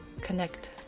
connect